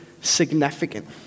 significant